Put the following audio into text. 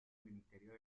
ministerio